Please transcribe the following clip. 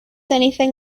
anything